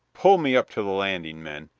pull me up to the landing, men,